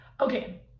okay